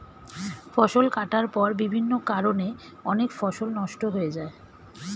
ফসল কাটার পর বিভিন্ন কারণে অনেক ফসল নষ্ট হয়ে যায়